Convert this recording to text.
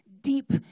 deep